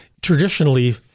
traditionally